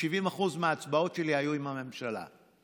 70% מההצבעות שלי היו עם הממשלה,